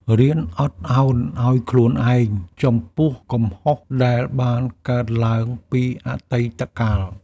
រៀនអត់ឱនឱ្យខ្លួនឯង ចំពោះកំហុសដែលបានកើតឡើងពីអតីតកាល។